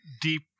deep